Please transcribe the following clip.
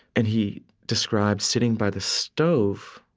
and he described sitting by the stove,